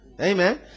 Amen